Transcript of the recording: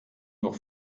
doch